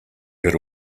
had